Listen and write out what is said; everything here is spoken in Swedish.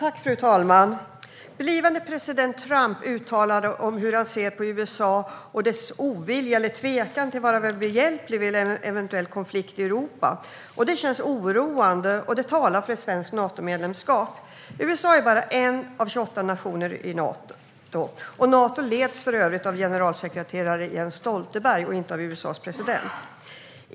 Fru talman! USA:s blivande president Trump har uttalat hur han ser på USA och dess ovilja eller tvekan till att vara behjälplig vid en eventuell konflikt i Europa. Det känns oroande, och det talar för ett svenskt Natomedlemskap. USA är bara en av 28 nationer i Nato. Nato leds för övrigt av generalsekreterare Jens Stoltenberg och inte av USA:s president.